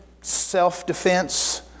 self-defense